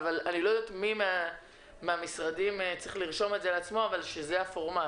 אני לא יודעת מי מהמשרדים צריך לרשום את זה לעצמו אבל זה הפורמט.